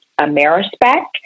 Amerispec